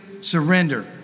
surrender